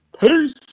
Peace